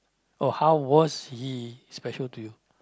or how was he special to you